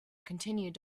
continued